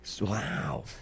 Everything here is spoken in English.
Wow